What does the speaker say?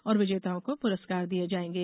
और विजेताओं को पुरस्कार दिये जायेंगे